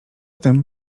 tym